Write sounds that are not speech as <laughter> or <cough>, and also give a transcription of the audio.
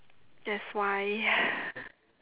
that's why <breath>